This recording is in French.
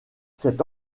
cet